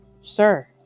Sir